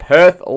Perth